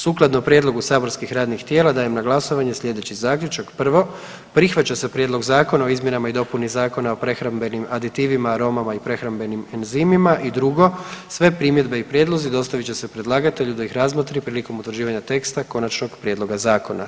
Sukladno prijedlogu saborskih radnih tijela dajem na glasovanje slijedeći zaključak: 1.Prihvaća se prijedlog zakona o izmjenama i dopuni Zakona o prehrambenim aditivima, aromama i prehrambenim enzimima i 2.Sve primjedbe i prijedlozi dostavit će se predlagatelju da ih razmotri prilikom utvrđivanja teksta Konačnog prijedloga zakona.